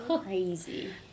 crazy